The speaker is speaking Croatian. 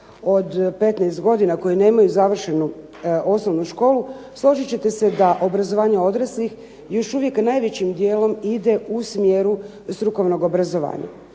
od 15 godina koji nemaju završenu osnovnu školu, složit ćete se da obrazovanje odraslih još uvijek najvećim dijelom ide u smjeru strukovnog obrazovanja